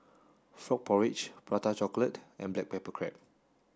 Frog Porridge Prata Chocolate and Black Pepper Crab